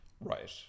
Right